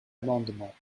amendement